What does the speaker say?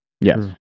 Yes